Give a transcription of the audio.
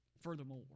Furthermore